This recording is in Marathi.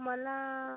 मला